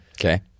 Okay